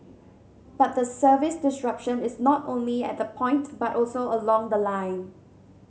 but the service disruption is not only at the point but also along the line